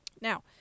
Now